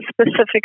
specific